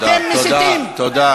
אתם מסיתים, תודה.